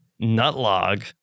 Nutlog